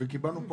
וקיבלנו פה